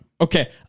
Okay